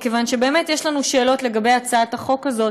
מכיוון שבאמת יש לנו שאלות לגבי הצעת החוק הזאת,